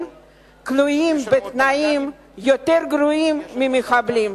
כלואים בתנאים יותר גרועים מהמחבלים.